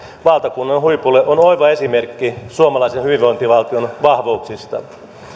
valtakunnan huipulle on oiva esimerkki suomalaisen hyvinvointivaltion vahvuuksista